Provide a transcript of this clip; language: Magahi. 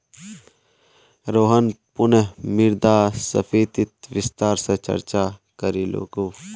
रोहन पुनः मुद्रास्फीतित विस्तार स चर्चा करीलकू